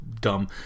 dumb